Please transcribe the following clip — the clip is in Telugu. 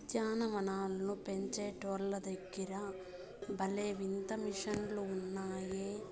ఉద్యాన వనాలను పెంచేటోల్ల దగ్గర భలే వింత మిషన్లు ఉన్నాయే